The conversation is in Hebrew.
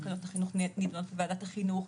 תקנות החינוך נידונות בוועדת החינוך,